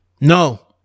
No